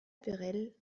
perelle